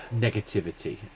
negativity